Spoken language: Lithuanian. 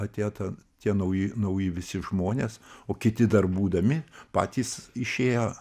atėjo ta tie nauji nauji visi žmonės o kiti dar būdami patys išėjo